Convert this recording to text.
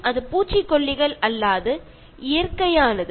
അത് വിഷമമൊന്നും ചേർക്കാത്ത ജൈവ വിഭവം ആയിരിക്കും